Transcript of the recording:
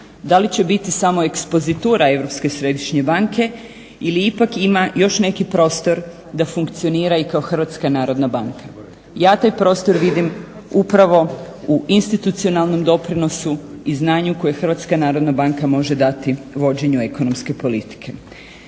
Da li će biti samo ekspozitura Europske središnje banke ili ipak ima još neki prostor da funkcionira i kao HNB? Ja taj prostor vidim upravo u institucionalnom doprinosu i znanju koje HNB može dati vođenju ekonomske politike.